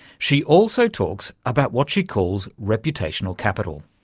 she also talks about what she calls reputational capital.